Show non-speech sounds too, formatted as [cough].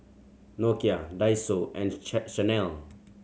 Nokia Daiso and [unintelligible] Chanel